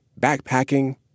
Backpacking